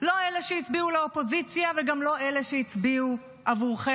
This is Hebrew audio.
לא אלה שהצביעו לאופוזיציה וגם לא אלה שהצביעו עבורכם,